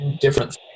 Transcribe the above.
different